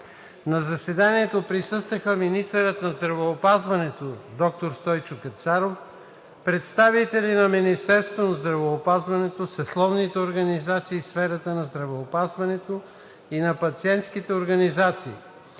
На заседанието присъстваха министърът на здравеопазването, доктор Стойчо Кацаров, представители на Министерството на здравеопазването, съсловните организации в сферата на здравеопазването и на пациентските организации.